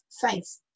faith